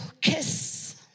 kiss